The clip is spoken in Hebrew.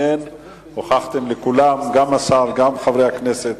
הוכחתם לכולם, גם השר, גם חברי הכנסת,